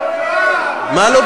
יואב, מה אתה מדבר?